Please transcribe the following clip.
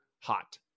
Hot